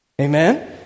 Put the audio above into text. Amen